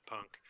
Punk